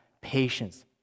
patience